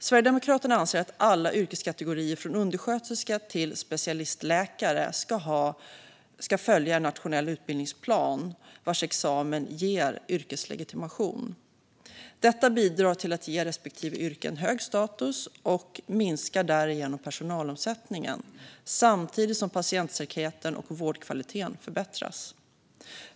Sverigedemokraterna anser att alla yrkeskategorier från undersköterska till specialistläkare ska följa en nationell utbildningsplan vars examen ger yrkeslegitimation. Detta bidrar till att ge respektive yrke en hög status och minskar därigenom personalomsättningen samtidigt som patientsäkerheten och vårdkvaliteten förbättras.